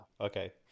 Okay